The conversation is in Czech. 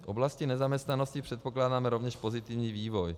V oblasti nezaměstnanosti předpokládáme rovněž pozitivní vývoj.